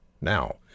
Now